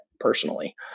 personally